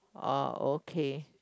oh okay